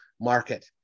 market